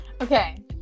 Okay